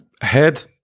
Head